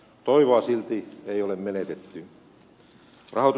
toivoa silti ei ole menetetty